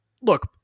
look